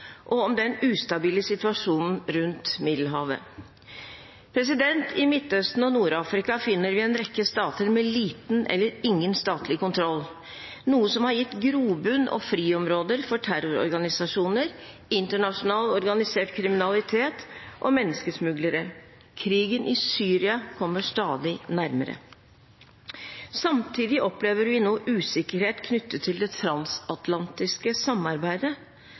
og om den ustabile situasjonen rundt Middelhavet. I Midtøsten og Nord-Afrika finner vi en rekke stater med liten eller ingen statlig kontroll, noe som har gitt grobunn og friområder for terrororganisasjoner, internasjonal organisert kriminalitet og menneskesmuglere. Krigen i Syria kommer stadig nærmere. Samtidig opplever vi nå usikkerhet knyttet til det transatlantiske samarbeidet,